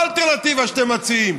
מה האלטרנטיבה שאתם מציעים?